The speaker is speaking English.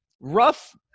rough